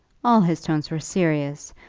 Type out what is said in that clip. all his tones were serious,